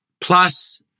plus